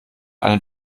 eine